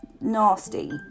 nasty